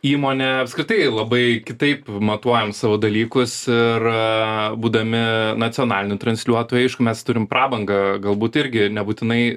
įmonė apskritai labai kitaip matuojam savo dalykus ir būdami nacionaliniu transliuotoju aišku mes turim prabangą galbūt irgi nebūtinai